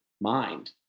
mind